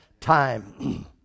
time